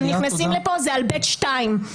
הם נכנסים לכאן הם נכנסים באשרה ב/2.